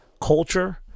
culture